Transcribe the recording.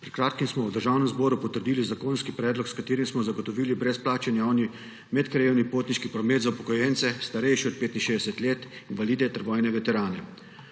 Pred kratkim smo v Državnem zboru potrdili zakonski predlog, s katerim smo zagotovili brezplačen javni medkrajevni potniški promet za upokojence, starejše od 65 let, invalide ter vojne veterane.